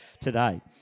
today